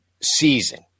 season